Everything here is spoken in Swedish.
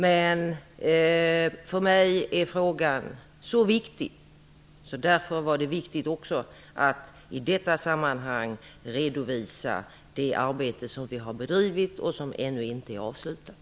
Men för mig är frågan så viktig att det därför också var viktigt att i detta sammanhang redovisa det arbete som vi har bedrivit och som ännu inte är avslutat.